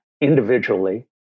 individually